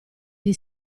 gli